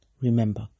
Remember